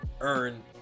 earn